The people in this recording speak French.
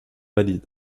valides